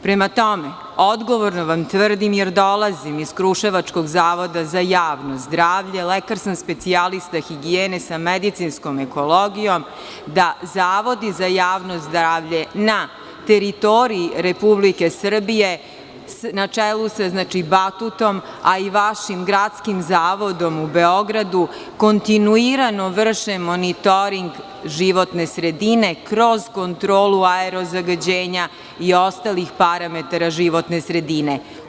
Prema tome, odgovorno vam tvrdim, jer dolazim iz kruševačkog Zavoda za javno zdravlje, lekar sam specijalista higijene sa medicinskom ekologijom da zavodi za javno zdravlje na teritoriji Republike Srbije, na čelu sa Batutom, a i vašim Gradskim zavodom u Beogradu kontinuirano vršimo monitoring životne sredine kroz kontrolu aerozagađenja i ostalih parametara životne sredine.